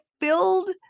filled